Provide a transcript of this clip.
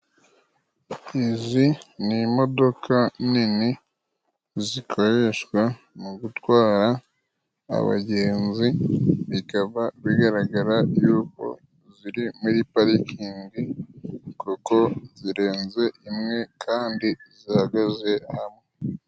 Izi ni imodoka nini zikoreshwa mu gutwara abagenzi bikaba bigaragara yuko ziri muri Parikingi kuko zirenze imwe kandi zihagaze hamwe.